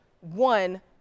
one